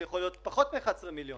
זה יכול להיות פחות מ-11 מיליון,